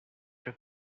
with